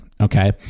Okay